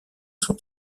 son